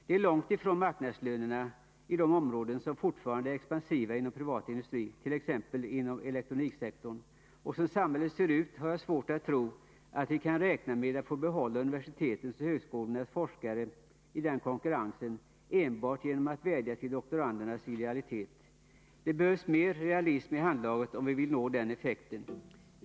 Det är långt ifrån marknadslönerna på de områden som fortfarande är expansiva inom privat industri, t.ex. elektroniksektorn. Som samhället ser ut har jag svårt att tro att vi kan räkna med att få behålla universitetens och högskolornas forskare i den konkurrensen enbart genom att vädja till doktorandernas idealitet. Det behövs mer realism i handlaget om vi vill nå den effekten.